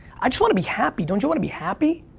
i just wanna be happy, don't you wanna be happy?